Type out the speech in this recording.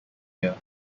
year